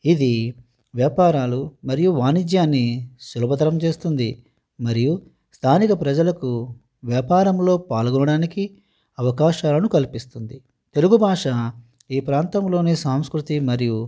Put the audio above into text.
ఇది వ్యాపారాలు మరియు వాణిజ్యాన్ని సులభతరం చేస్తుంది మరియు స్థానిక ప్రజలకు వ్యాపారంలో పాల్గొనడానికి అవకాశాలను కల్పిస్తుంది తెలుగు భాష ఈ ప్రాంతంలోనే సాంస్కృతి మరియు